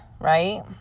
right